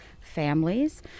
families